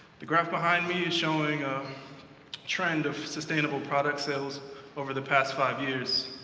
the graph behind me is showing a trend of sustainable product sales over the past five years.